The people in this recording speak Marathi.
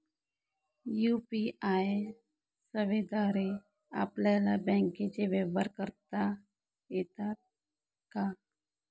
यू.पी.आय सेवेद्वारे आपल्याला बँकचे व्यवहार करता येतात का?